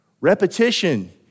Repetition